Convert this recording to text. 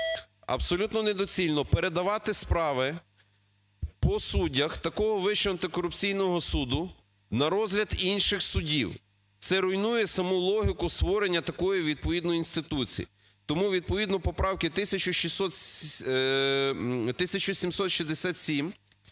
абсолютно недоцільно передавати справи по суддях такого Вищого антикорупційного суду на розгляд інших судів. Це руйнує саму логіку створення такої відповідної інституції. Тому відповідно поправки 1767,